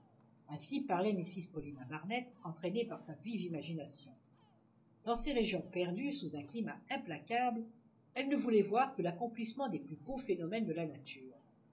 ainsi parlait mrs paulina barnett entraînée par sa vive imagination dans ces régions perdues sous un climat implacable elle ne voulait voir que l'accomplissement des plus beaux phénomènes de la nature